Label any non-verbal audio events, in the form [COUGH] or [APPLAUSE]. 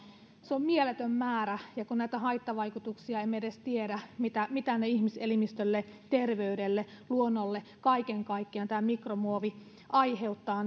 se on mieletön määrä ja kun haittavaikutuksia emme edes tiedä mitä tämä mikromuovi ihmiselimistölle terveydelle luonnolle kaiken kaikkiaan aiheuttaa [UNINTELLIGIBLE]